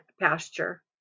pasture